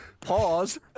Pause